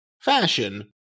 fashion